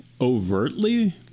overtly